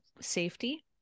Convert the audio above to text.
safety